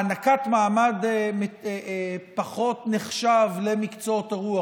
הענקת מעמד פחות נחשב למקצועות הרוח.